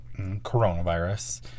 coronavirus